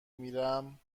میرم